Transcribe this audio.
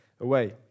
away